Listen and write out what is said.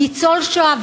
ניצול שואה,